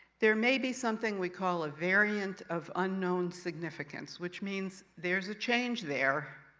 there may be something we call a variant of unknown significance, which means there's a change there,